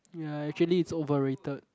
ya actually it's overrated